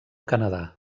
canadà